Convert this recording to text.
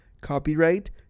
Copyright